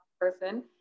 person